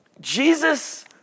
Jesus